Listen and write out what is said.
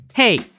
Hey